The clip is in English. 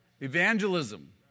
Evangelism